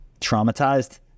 traumatized